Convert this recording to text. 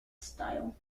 style